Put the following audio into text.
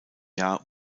jahr